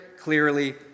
clearly